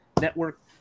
Network